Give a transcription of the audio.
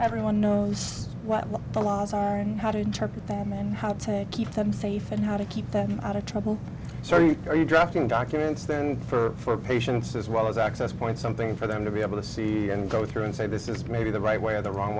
everyone knows what the laws are and how to interpret them and how to keep them safe and how to keep them out of trouble so you are you drafting documents there for patients as well as access point something for them to be able to see and go through and say this is maybe the right way or the wrong